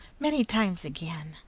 many times again!